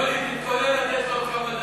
יוני, תתכונן לתת לו עוד כמה דקות.